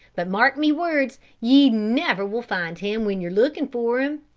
but mark me words ye never will find him when you're looking for him.